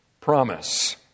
promise